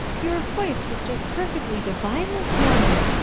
your voice was just perfectly divine this morning.